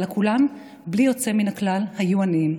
אלא כולם בלי יוצא מן הכלל היו עניים.